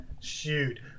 Shoot